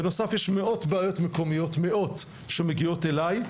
בנוסף, יש מאות בעיות מקומיות שמגיעות אליי.